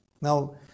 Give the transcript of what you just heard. Now